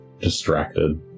distracted